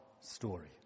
story